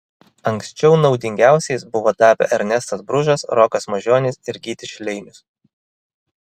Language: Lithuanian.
anksčiau naudingiausiais buvo tapę ernestas bružas rokas mažionis ir gytis šleinius